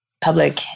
public